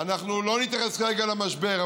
אנחנו לא נתייחס כרגע למשבר,